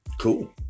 Cool